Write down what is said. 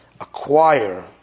acquire